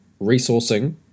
resourcing